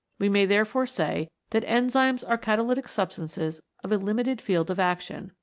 we may therefore say that enzymes are catalytic substances of a limited field of action,